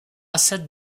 cette